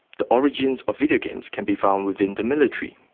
the origins of videogames can be found within the military.